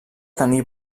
tenir